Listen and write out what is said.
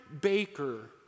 Baker